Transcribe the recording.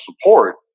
support